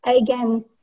Again